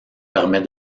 permet